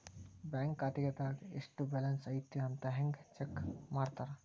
bank ಖಾತೆದಾಗ ಎಷ್ಟ balance ಐತಿ ಅಂತ ಹೆಂಗ ಚೆಕ್ ಮಾಡ್ತಾರಾ